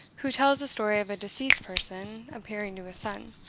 who tells the story of a deceased person appearing to his son,